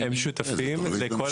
צריכים להיות בלופ ולהגיד, מקובל עלינו.